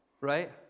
right